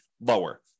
lower